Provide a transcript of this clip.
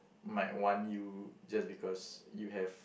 might want you just because you have